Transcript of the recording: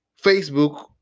Facebook